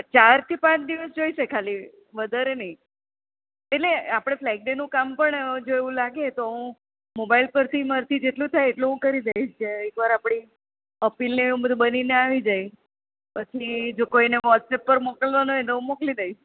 ચાર કે પાંચ દિવસ તો જોઈશે ખાલી વધારે નહીં એટલે આપણે ફ્લેગ ડેનું કામ પણ જો એવું લાગે તો હું મોબાઈલ પરથી મારાથી જેટલું થાય એટલું હું કરી દઈશ કે એકવાર આપણી જો અપીલને એવું બધું બનીને આવી જાય એટલે પછી જો કોઈને વ્હોટ્સએપ પર મોકલવાનું હોય તો હું મોકલી દઈશ